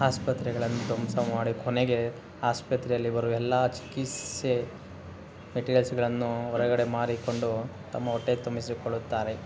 ಆಸ್ಪತ್ರೆಗಳನ್ನು ಧ್ವಂಸ ಮಾಡಿ ಕೊನೆಗೆ ಆಸ್ಪತ್ರೆಯಲ್ಲಿ ಬರುವ ಎಲ್ಲ ಚಿಕಿತ್ಸೆ ಮೆಟೀರಿಯಲ್ಸ್ಗಳನ್ನು ಹೊರಗಡೆ ಮಾರಿಕೊಂಡು ತಮ್ಮ ಹೊಟ್ಟೆ ತುಂಬಿಸಿಕೊಳ್ಳುತ್ತಾರೆ